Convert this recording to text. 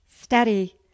Steady